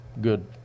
good